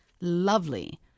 lovely